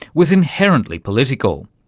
was inherently political.